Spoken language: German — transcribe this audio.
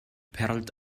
perlt